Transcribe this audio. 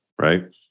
right